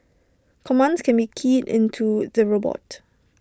commands can be keyed into the robot